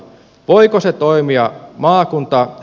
voiko se toimia maakuntaa